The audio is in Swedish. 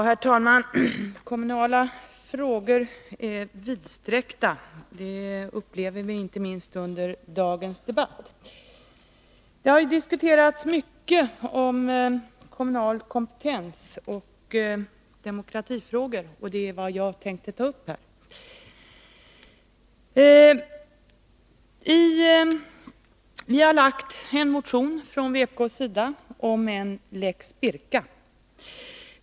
Herr talman! Kommunala frågor är vidsträckta. Det upplever vi inte minst under dagens debatt. Det har diskuterats mycket om kommunal kompetens och demokratifrågor, och det är vad jag tänkte ta upp här. Vpk har lagt fram en motion om enlex Birka.